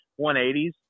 180s